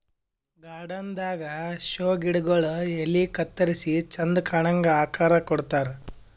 garden ದಾಗಾ show ಗಿಡಗೊಳ್ ಎಲಿ ಕತ್ತರಿಸಿ ಚಂದ್ ಕಾಣಂಗ್ ಆಕಾರ್ ಕೊಡ್ತಾರ್